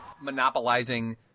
monopolizing